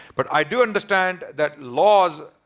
but i do understand that laws,